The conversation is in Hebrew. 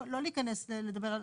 לא להיכנס ולדבר,